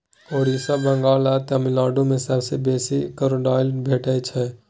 ओड़िसा, बंगाल आ तमिलनाडु मे सबसँ बेसी क्रोकोडायल भेटै छै